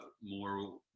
more